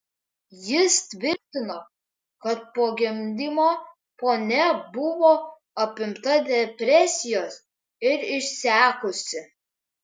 jis tvirtino kad po gimdymo ponia buvo apimta depresijos ir išsekusi